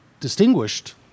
Distinguished